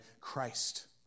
Christ